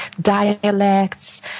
dialects